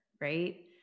right